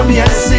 yes